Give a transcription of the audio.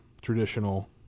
traditional